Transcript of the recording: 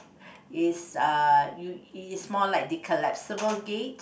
is uh you it is more like the collapsible gate